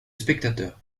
spectateurs